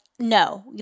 No